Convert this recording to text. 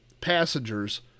passengers